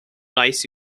reichs